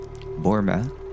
Burma